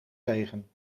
tegen